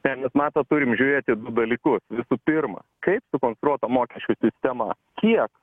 ten mes matot turim žiūrėti du dalykus visų pirma kaip sukonstruota mokesčių sistema kiek